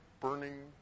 burning